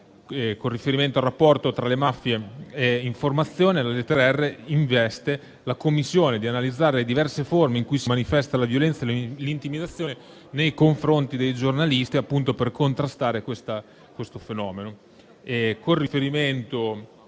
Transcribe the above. con riferimento al rapporto tra le mafie in formazione, la lettera *r)* investe la Commissione di analizzare le diverse forme in cui si manifesta la violenza e l'intimidazione nei confronti dei giornalisti, per contrastare questo fenomeno.